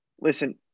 listen